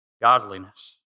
godliness